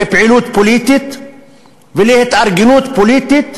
לפעילות פוליטית ולהתארגנות פוליטית